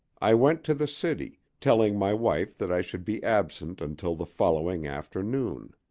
i went to the city, telling my wife that i should be absent until the following afternoon.